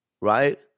Right